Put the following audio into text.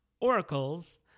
oracles